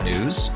News